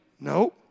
No